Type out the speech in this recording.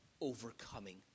overcoming